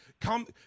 come